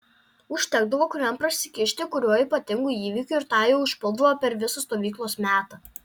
užtekdavo kuriam prasikišti kuriuo ypatingu įvykiu ir tą jau užpuldavo per visą stovyklos metą